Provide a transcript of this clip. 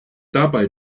dabei